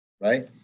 right